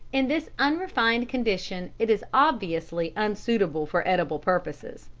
in this unrefined condition it is obviously unsuitable for edible purposes.